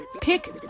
pick